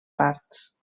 parts